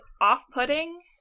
off-putting